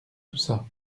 toussa